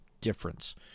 difference